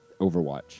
Overwatch